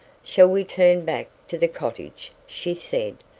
shall we turn back to the cottage? she said,